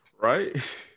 right